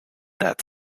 that